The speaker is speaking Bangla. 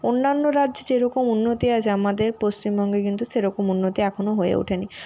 অন্যান্য রাজ্যে যেরকম উন্নতি আছে আমাদের পশ্চিমবঙ্গে কিন্তু সেরকম উন্নতি এখনও হয়ে ওঠেনি